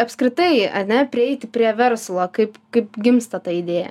apskritai ane prieiti prie verslo kaip kaip gimsta ta idėja